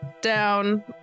down